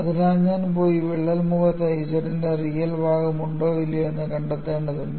അതിനാൽ ഞാൻ പോയി വിള്ളൽ മുഖത്ത് Z ന്റെ റിയൽ ഭാഗം ഉണ്ടോ ഇല്ലയോ എന്ന് കണ്ടെത്തേണ്ടതുണ്ട്